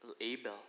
Abel